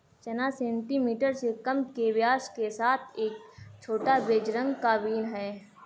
चना सेंटीमीटर से कम के व्यास के साथ एक छोटा, बेज रंग का बीन है